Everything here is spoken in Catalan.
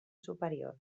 superior